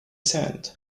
sand